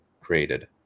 created